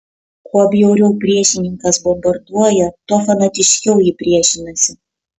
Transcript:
kuo bjauriau priešininkas bombarduoja tuo fanatiškiau ji priešinasi